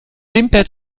wimper